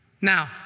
Now